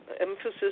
emphasis